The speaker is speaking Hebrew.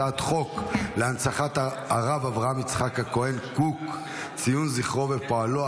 הצעת חוק להנצחת הרב אברהם יצחק הכהן קוק (ציון זכרו פועלו),